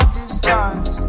distance